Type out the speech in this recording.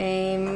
15(א).